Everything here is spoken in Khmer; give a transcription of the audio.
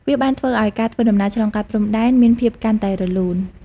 វាបានធ្វើឲ្យការធ្វើដំណើរឆ្លងកាត់ព្រំដែនមានភាពកាន់តែរលូន។